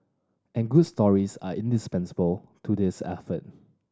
and good stories are indispensable to this effort